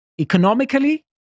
economically